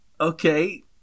Okay